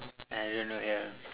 I don't know ya